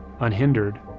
unhindered